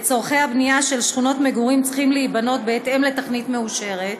צורכי הבנייה של שכונת מגורים צריכים להיקבע בהתאם לתוכנית מאושרת,